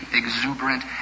exuberant